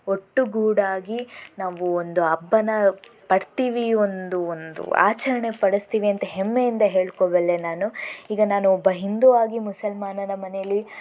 ಒಟ್ಟುಗೂಡಿ ನಾವು ಒಂದು ಹಬ್ಬನ ಪಡ್ತೀವಿ ಒಂದು ಒಂದು ಆಚರಣೆ ಪಡಿಸ್ತೀವಿ ಅಂತ ಹೆಮ್ಮೆಯಿಂದ ಹೇಳ್ಕೋಬಲ್ಲೆ ನಾನು ಈಗ ನಾನು ಒಬ್ಬ ಹಿಂದೂ ಆಗಿ ಮುಸಲ್ಮಾನನ ಮನೆಯಲ್ಲಿ